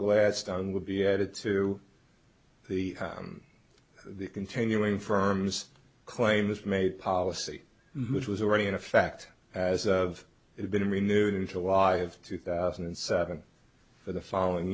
gladstone will be added to the the continuing firm's claims made policy which was already in effect as of it's been renewed in july of two thousand and seven for the following